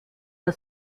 der